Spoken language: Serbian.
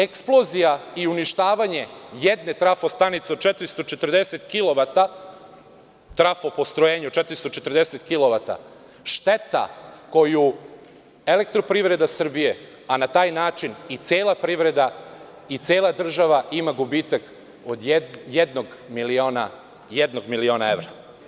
Eksplozija i uništavanje jedne trafo-stanice od 440 kilovata, trafo postrojenja, šteta Elektroprivrede Srbije, a na taj način i cela privreda i cela država, ima gubitak od jednog miliona evra.